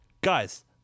guys